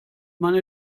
meine